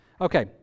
Okay